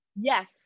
yes